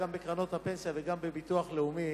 גם בקרנות הפנסיה וגם בביטוח לאומי